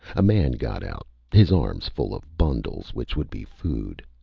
a man got out, his arms full of bundles which would be food.